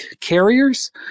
carriers